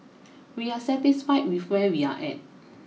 we are satisfied with where we are at